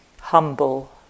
humble